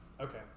Okay